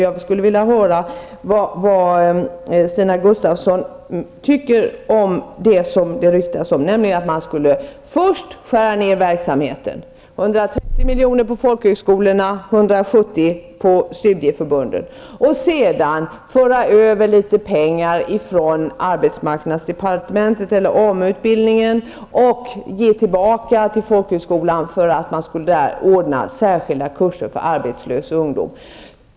Jag skulle vilja höra vad Stina Gustavsson tycker om det som det ryktas om, nämligen att man först skulle skära ned verksamheten med 110 miljoner för folkhögskolorna och 170 miljoner för studieförbunden och sedan föra tillbaka litet pengar från arbetsmarknadsdepartementet eller AMU-utbildningen till folkhögskolan för att där anordna särskilda kurser för arbetslös ungdom.